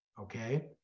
Okay